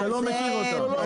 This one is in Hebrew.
אתה לא מכיר אותם?